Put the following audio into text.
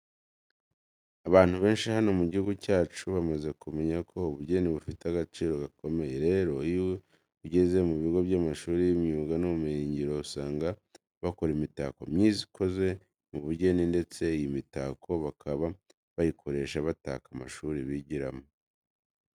Abantu benshi hano mu gihugu cyacu bamaze kumenya ko ubugeni bufite agaciro gakomeye. Rero iyo ugeze mu bigo by'amashuri y'imyuga n'ubumenyingiro usanga bakora imitako myiza ikozwe mu bugeni ndetse iyi mitako bakaba bayikoresha bataka amashuri bigiramo.